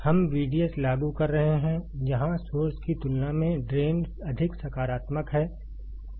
हम VDS लागू कर रहे हैं जहां सोर्स की तुलना में ड्रेन अधिक सकारात्मक है